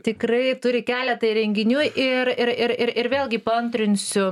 tikrai turi keletą įrenginių ir ir ir ir ir vėlgi paantrinsiu